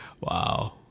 Wow